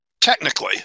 technically